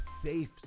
safe